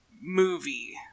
movie